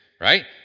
right